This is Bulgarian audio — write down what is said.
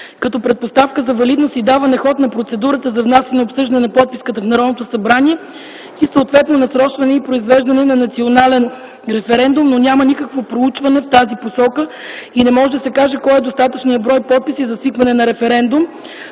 като предпоставка за валидност и даване ход на процедурата за внасяне и обсъждане на подписката в Народното събрание и съответно насрочване и произвеждане на национален референдум, но няма никакво проучване в тази посока и не може да се каже кой е достатъчният брой подписи за свикване на референдум.